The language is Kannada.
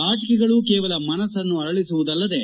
ಆಟಕೆಗಳು ಕೇವಲ ಮನಸನ್ನು ಅರಳಿಸುವುದಲ್ಲದೇ